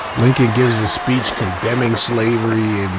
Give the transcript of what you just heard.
lincoln gives a speech condemning slavery, and and